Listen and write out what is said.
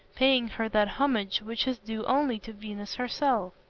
paying her that homage which is due only to venus herself.